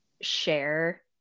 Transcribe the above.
share